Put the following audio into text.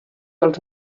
els